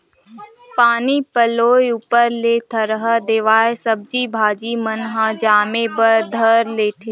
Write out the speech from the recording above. पानी पलोय ऊपर ले थरहा देवाय सब्जी भाजी मन ह जामे बर धर लेथे